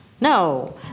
no